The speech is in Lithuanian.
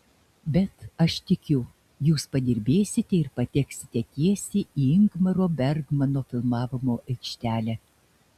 bet aš tikiu jūs padirbėsite ir pateksite tiesiai į ingmaro bergmano filmavimo aikštelę